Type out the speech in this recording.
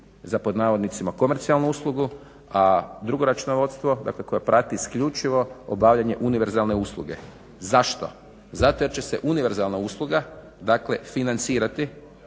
za pod navodnicima komercijalnu uslugu a drugo računovodstvo dakle koje prati isključivo obavljanje univerzalne usluge. Zašto? Zato jer će se univerzalna usluga financirati